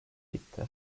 gitti